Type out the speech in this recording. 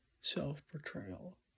self-portrayal